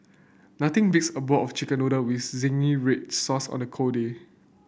nothing beats a bowl of chicken noodle with zingy red sauce on a cold day